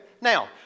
Now